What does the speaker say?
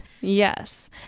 Yes